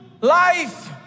life